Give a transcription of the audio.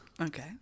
okay